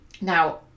Now